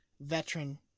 veteran